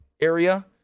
area